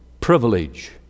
privilege